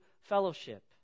fellowship